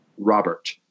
Robert